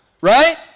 Right